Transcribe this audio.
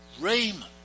Raymond